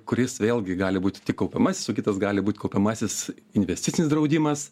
kuris vėlgi gali būti tik kaupiamasis o kitas gali būt kaupiamasis investicinis draudimas